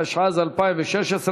התשע"ז 2016,